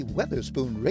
Weatherspoon